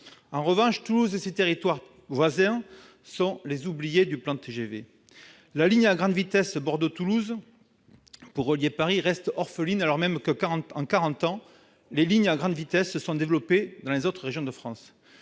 En revanche, Toulouse et les territoires voisins sont les oubliés du plan TGV. La ligne à grande vitesse Bordeaux-Toulouse pour relier Paris reste orpheline, alors même que, en quarante ans, les lignes à grande vitesse se sont développées dans les autres régions de France.